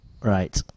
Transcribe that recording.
right